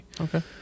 Okay